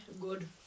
good